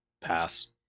Pass